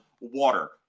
Water